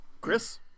Chris